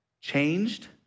changed